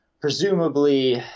presumably